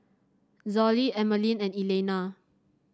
Zollie Emmaline and Elaina